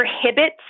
prohibits